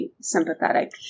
sympathetic